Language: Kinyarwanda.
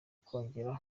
kongera